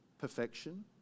perfection